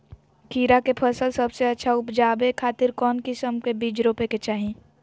खीरा के फसल सबसे अच्छा उबजावे खातिर कौन किस्म के बीज रोपे के चाही?